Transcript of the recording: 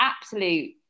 absolute